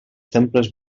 temples